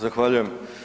Zahvaljujem.